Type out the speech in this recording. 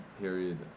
period